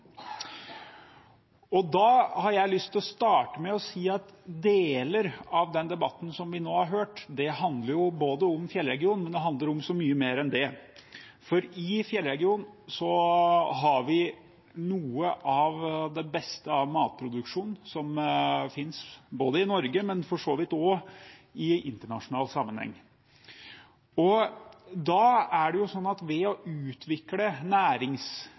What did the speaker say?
har lyst til å starte med å si at deler av den debatten vi nå har hørt, handler både om fjellregionen og om mye mer enn det. I fjellregionen har vi noe av det beste av matproduksjon som finnes, både i Norge og for så vidt også i internasjonal sammenheng. Ved å utvikle næringsvirksomhet i den delen av landet vårt kan vi bidra til å